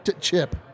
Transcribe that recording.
chip